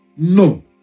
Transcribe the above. No